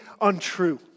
untrue